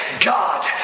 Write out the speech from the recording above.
God